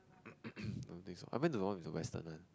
I don't think so I went to the one with the western one